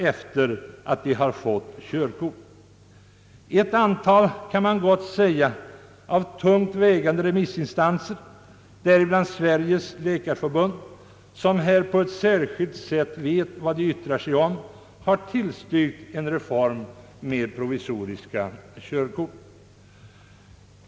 Ett antal tungt vägande remissinstanser, däribland Sveriges läkarförbund, som på denna punkt på ett särskilt sätt vet vad det yttrar sig om, har tillstyrkt en reform med provisoriska körkort.